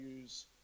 use